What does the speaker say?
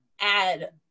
add